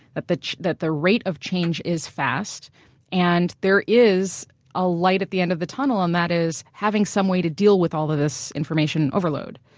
that the that the rate of change is fast and there is a light at the end of the tunnel and that is having someway to deal with all of this information overload.